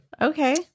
Okay